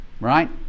Right